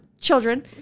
children